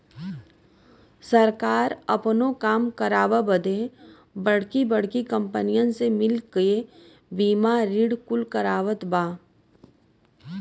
सरकार आपनो काम करावे बदे बड़की बड़्की कंपनीअन से मिल क बीमा ऋण कुल करवावत बा